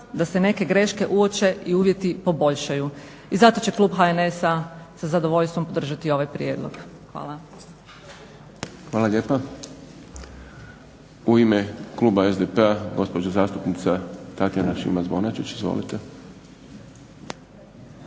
da se neke greške uopće i uvjeti poboljšaju. I zato će klub HNS-a sa zadovoljstvom podržati ovaj prijedlog. Hvala **Šprem, Boris (SDP)** Hvala lijepa. U ime kluba SDP-a gospođa zastupnica Tatjana Šimac-Bonačić. Izvolite. **Šimac